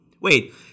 wait